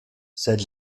sed